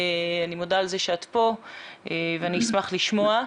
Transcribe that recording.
אני מודה על זה שאת פה ואני אשמח לשמוע.